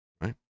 right